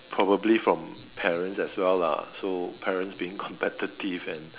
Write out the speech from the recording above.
probably from parents as well lah so parents being competitive and